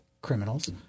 criminals